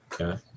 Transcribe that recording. Okay